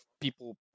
people